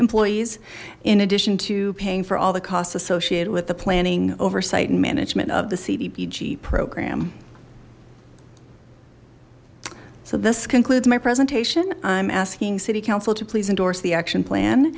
employees in addition to paying for all the costs associated with the planning oversight and management of the cdbg program so this concludes my presentation i'm asking city council to please endorse the action plan